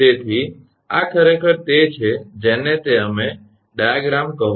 તેથી આ ખરેખર તે છે જેને તમે ડાયાગ્રામ કહો છો